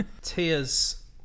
Tears